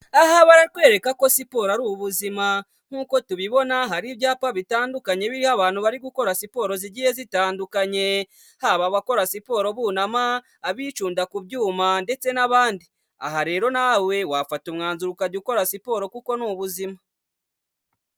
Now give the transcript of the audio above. Aha barakwereka ko siporo ari ubuzima nk'uko tubibona hari ibyapa bitandukanye birimo abantu bari gukora siporo zigiye zitandukanye, haba abakora siporo bunama, abicunda ku byuma ndetse n'abandi. Aha rero nawe wafata umwanzuro ukajya ukora siporo kuko n'ubuzima.